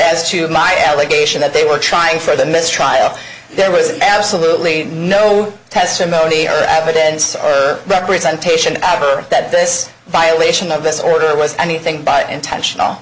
as to my allegation that they were trying for the mistrial there was absolutely no testimony or evidence or representation ever that this violation of this order was anything but intentional